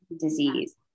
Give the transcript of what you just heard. disease